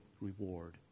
reward